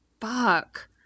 Fuck